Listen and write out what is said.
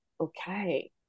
okay